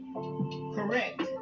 Correct